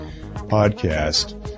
podcast